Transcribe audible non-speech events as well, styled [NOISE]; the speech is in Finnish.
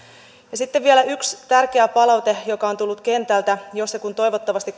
sitten vielä yksi tärkeä palaute joka on tullut kentältä jos ja kun toivottavasti [UNINTELLIGIBLE]